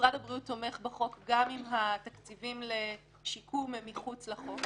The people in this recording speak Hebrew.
משרד הבריאות תומך בחוק גם אם התקציבים לשיקום הם מחוץ לחוק,